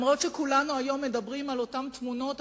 היום כולנו מדברים על אותן תמונות,